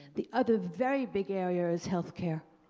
the other very big area is health care.